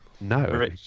No